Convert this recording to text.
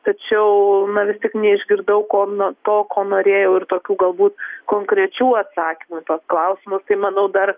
tačiau na vis tik neišgirdau ko nuo to ko norėjau ir tokių galbūt konkrečių atsakymų į tuos klausimus tai manau dar